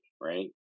right